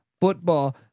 football